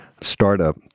startup